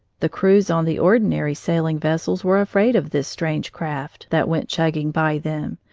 the crews on the ordinary sailing vessels were afraid of this strange craft that went chugging by them,